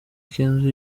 kenzo